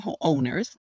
owners